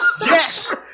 Yes